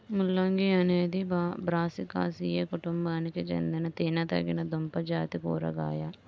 ముల్లంగి అనేది బ్రాసికాసియే కుటుంబానికి చెందిన తినదగిన దుంపజాతి కూరగాయ